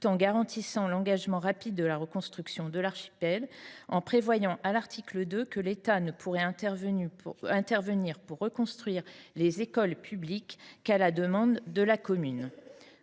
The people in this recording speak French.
en garantissant l’engagement rapide de la reconstruction de l’archipel. Elle a ainsi prévu, à l’article 2, que l’État ne pourrait intervenir pour reconstruire une école publique qu’à la demande de la commune.